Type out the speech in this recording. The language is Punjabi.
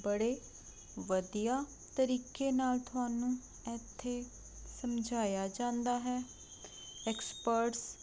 ਬੜੇ ਵਧੀਆ ਤਰੀਕੇ ਨਾਲ ਤੁਹਾਨੂੰ ਇੱਥੇ ਸਮਝਾਇਆ ਜਾਂਦਾ ਹੈ ਐਕਸਪਰਟਸ